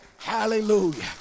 Hallelujah